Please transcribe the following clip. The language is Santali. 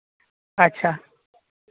ᱟᱪᱪᱷᱟ